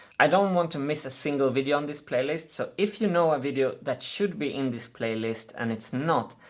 i don't want to miss a single video on this playlist. so if you know a video that should be in this playlist and it's not,